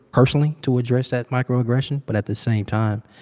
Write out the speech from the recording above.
personally, to address that microaggression, but at the same time,